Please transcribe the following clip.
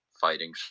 fighting